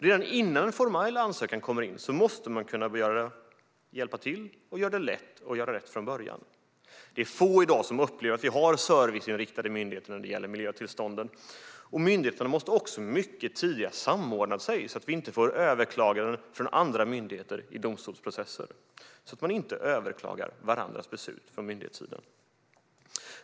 Redan innan man får in en formell ansökan måste man kunna hjälpa till och göra det lätt att göra rätt från början. Det är få som i dag upplever att vi har serviceinriktade myndigheter när det gäller miljötillstånd. Myndigheterna måste också mycket tidigare samordna sig så att man inte överklagar varandras beslut och vi därmed får in överklaganden från andra myndigheter i domstolsprocessen.